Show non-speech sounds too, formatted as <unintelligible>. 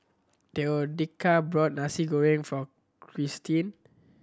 <unintelligible> bought Nasi Goreng for Kirstin